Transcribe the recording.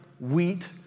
wheat